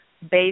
based